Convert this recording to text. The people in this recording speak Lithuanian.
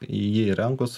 jį įrengus